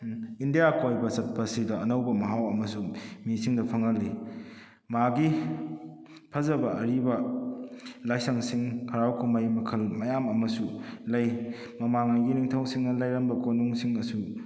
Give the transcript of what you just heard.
India ꯀꯣꯏꯕ ꯆꯠꯄ ꯑꯁꯤꯗ ꯑꯅꯧꯕ ꯃꯍꯥꯎ ꯑꯃꯁꯨ ꯃꯤꯁꯤꯡꯗ ꯐꯪꯍꯜꯂꯤ ꯃꯥꯒꯤ ꯐꯖꯕ ꯑꯔꯤꯕ ꯂꯥꯏꯁꯪꯁꯤꯡ ꯍꯔꯥꯎ ꯀꯨꯝꯍꯩ ꯃꯈꯜ ꯃꯌꯥꯝ ꯑꯃꯁꯨ ꯂꯩ ꯃꯃꯥꯡꯉꯩꯒꯤ ꯅꯤꯡꯊꯧꯁꯤꯡꯅ ꯂꯩꯔꯝꯕ ꯀꯣꯅꯨꯡꯁꯤꯡꯗꯁꯨ